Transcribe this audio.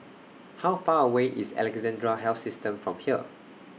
How Far away IS Alexandra Health System from here